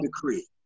decree